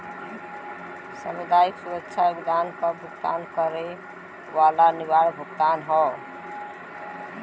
सामाजिक सुरक्षा योगदान सरकार क भुगतान करे वाला अनिवार्य भुगतान हौ